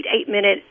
eight-minute